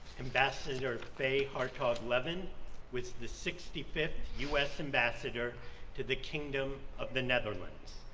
ambassador they are called levin with the sixty fifth us ambassador to the kingdom of the netherlands.